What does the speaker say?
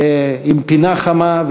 ועם פינה חמה,